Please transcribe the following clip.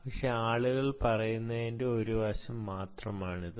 പക്ഷെ ആളുകൾ പറയുന്നതിന്റെ ഒരു വശം മാത്രമാണ് ഇത്